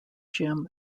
gym